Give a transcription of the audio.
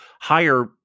higher